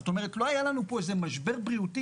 זאת אומרת: לא היה פה איזה משבר בריאותי